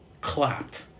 clapped